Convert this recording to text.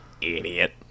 Idiot